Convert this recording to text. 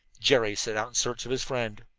jerry set out in search of his friend.